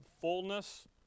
fullness